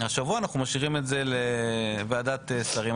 השבוע אנחנו משאירים את זה לוועדת שרים.